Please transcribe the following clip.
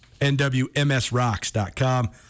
nwmsrocks.com